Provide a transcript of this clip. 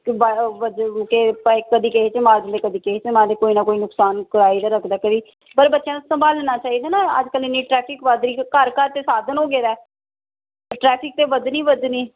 ਅਤੇ ਬਾਰ੍ਹਾਂ ਵਜੇ ਕਦੇ ਕਿਸੇ 'ਚ ਮਾਰ ਦਿੰਦੇ ਕਦੀ ਕਿਸੇ 'ਚ ਮਾਰਦੇ ਕੋਈ ਨਾ ਕੋਈ ਨੁਕਸਾਨ ਕਰਾਈ ਦਾ ਰੱਖਦਾ ਕਈ ਪਰ ਬੱਚਿਆਂ ਨੂੰ ਸੰਭਾਲਣਾ ਚਾਹੀਦਾ ਨਾ ਅੱਜ ਕੱਲ੍ਹ ਇੰਨੀ ਟਰੈਫ਼ਿਕ ਵੱਧ ਰਹੀ ਘਰ ਘਰ ਤਾਂ ਸਾਧਨ ਹੋ ਗਏ ਦੇ ਟਰੈਫ਼ਿਕ ਤਾਂ ਵਧਣੀ ਵਧਣੀ